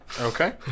Okay